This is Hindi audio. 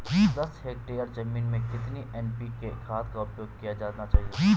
दस हेक्टेयर जमीन में कितनी एन.पी.के खाद का उपयोग किया जाना चाहिए?